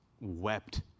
wept